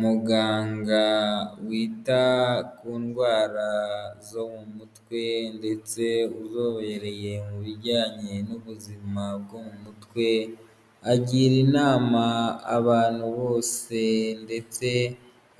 Muganga wita ku ndwara zo mu mutwe, ndetse uzobereye mu bijyanye n'ubuzima bwo mu mutwe, agira inama abantu bose, ndetse